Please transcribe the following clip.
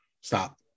Stop